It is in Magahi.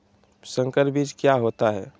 संकर बीज क्या होता है?